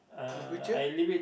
in future